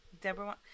Deborah